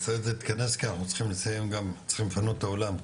בסדר, תתכנס כי אנחנו צריכים לפנות את האולם.